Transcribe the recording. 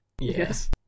Yes